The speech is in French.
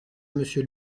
monsieur